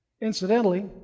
Incidentally